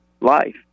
life